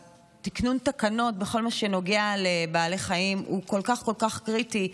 תקנון התקנות בכל מה שנוגע לבעלי חיים הוא כל כך כל כך קריטי.